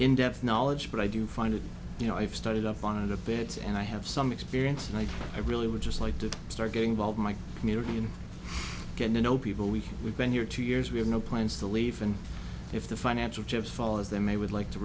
in depth knowledge but i do find it you know i've studied up on it a beds and i have some experience and i really would just like to start getting involved my community and get to know people we we've been here two years we have no plans to leave and if the financial chips fall as they may would like to